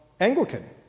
Anglican